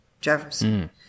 Jefferson